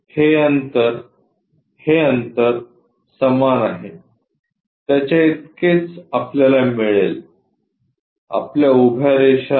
हे अंतर हे अंतर समान आहे त्याच्या इतकेच आपल्याला मिळेल आपल्या उभ्या रेषा